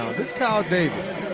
this kyle davis,